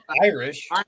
Irish